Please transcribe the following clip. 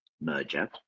merger